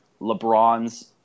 LeBron's